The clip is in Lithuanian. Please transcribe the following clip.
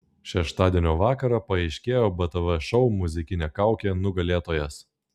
šeštadienio vakarą paaiškėjo btv šou muzikinė kaukė nugalėtojas